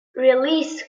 release